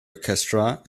orchestra